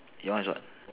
your one is what